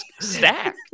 stack